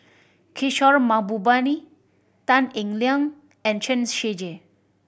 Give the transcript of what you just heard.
Kishore Mahbubani Tan Eng Liang and Chen Shiji